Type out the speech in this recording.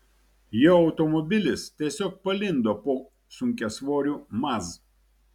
jo automobilis tiesiog palindo po sunkiasvoriu maz